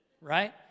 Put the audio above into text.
Right